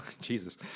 Jesus